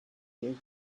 you